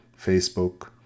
Facebook